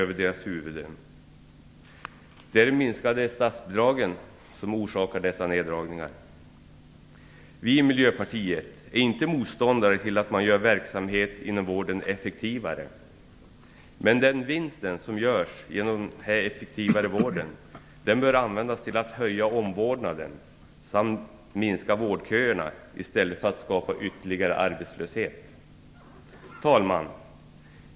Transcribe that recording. Det är minskningarna av statsbidragen som orsakar dessa neddragningar. Vi i miljöpartiet är inte motståndare till att man gör verksamheter inom vården effektivare, men den effektivitetsvinst som görs bör användas till att höja omvårdnaden samt minska vårdköerna i stället för att skapa ytterligare arbetslöshet. Herr talman!